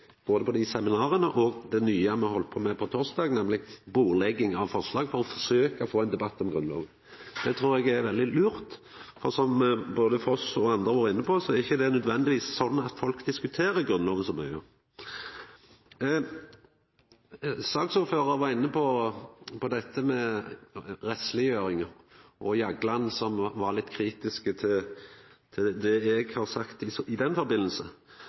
både dei seminara og det nye me heldt på med på torsdag, nemleg bordlegging av forslag for å forsøka å få ein debatt om Grunnlova. Det trur eg er veldig lurt, for som både Foss og andre har vore inne på, er det ikkje nødvendigvis sånn at folk diskuterer Grunnlova så mykje. Saksordføraren var inne på dette med rettsleggjeringa – og Jagland som var litt kritisk til det eg har sagt i den forbindelse.